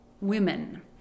Women